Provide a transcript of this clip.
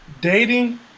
dating